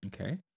Okay